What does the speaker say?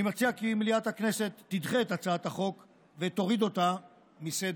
אני מציע כי מליאת הכנסת תדחה את הצעת החוק ותוריד אותה מסדר-היום.